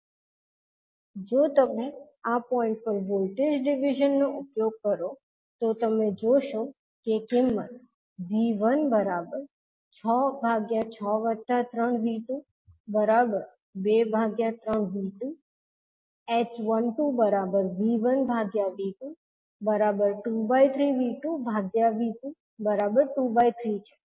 હવે જો તમે આ પોઇંટ પર વોલ્ટેજ ડિવિઝન નો ઉપયોગ કરો તો તમે જોશો કે કિંમત V1663V223V2 h12 V1V2 23V2V2 23 છે